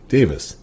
Davis